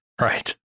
right